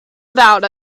about